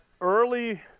early